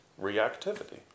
reactivity